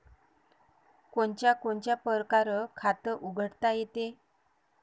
कोनच्या कोनच्या परकारं खात उघडता येते?